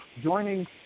joining